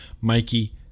Mikey